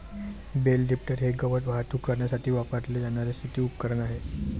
bell lifter हे गवत वाहतूक करण्यासाठी वापरले जाणारे शेती उपकरण आहे